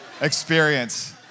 experience